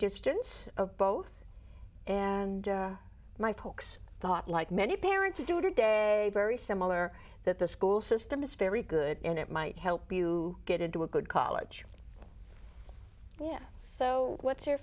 distance of both and my folks thought like many parents do to day very similar that the school system is very good and it might help you get into a good college yeah so what's your